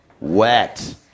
Wet